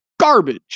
garbage